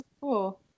cool